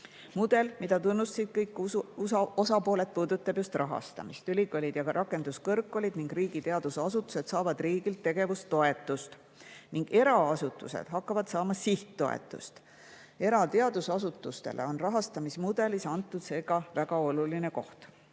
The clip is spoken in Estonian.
Mudel, mida tunnustasid kõik osapooled, puudutab just rahastamist. Ülikoolid, ka rakenduskõrgkoolid ning riigi teadusasutused saavad riigilt tegevustoetust ning eraasutused hakkavad saama sihttoetust. Erateadusasutustele on rahastamismudelis antud seega väga oluline koht.